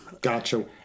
Gotcha